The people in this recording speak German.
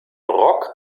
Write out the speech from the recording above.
rock